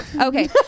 Okay